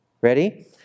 Ready